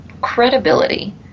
credibility